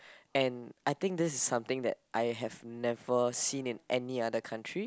and I think this is something that I have never seen in any other country